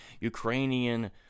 Ukrainian